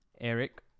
eric